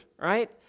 right